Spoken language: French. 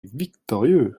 victorieux